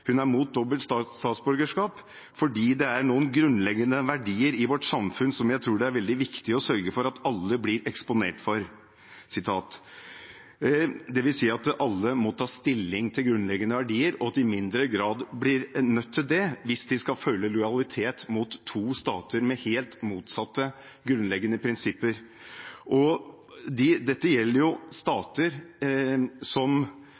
hun er imot dobbelt statsborgerskap fordi «det er noen grunnleggende verdier i vårt samfunn som jeg tror det er veldig viktig å sørge for at alle blir eksponert for». Det vil si at alle må ta stilling til grunnleggende verdier, og at de i mindre grad blir nødt til det hvis de skal føle lojalitet mot to stater med helt motsatte grunnleggende prinsipper. Dette gjelder stater som